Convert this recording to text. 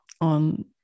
on